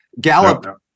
Gallup